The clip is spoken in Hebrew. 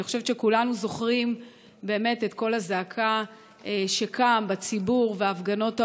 אני חושבת שכולנו זוכרים את קול הזעקה שקם בציבור ואת הפגנות ההורים,